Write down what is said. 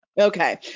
Okay